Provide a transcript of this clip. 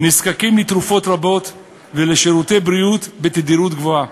נזקקים לתרופות רבות ולשירותי בריאות בתדירות גבוהה.